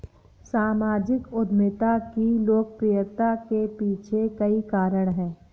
सामाजिक उद्यमिता की लोकप्रियता के पीछे कई कारण है